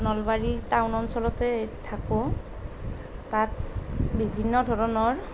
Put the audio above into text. Nalbari town অঞ্চলতেই থাকোঁ তাত বিভিন্ন ধৰণৰ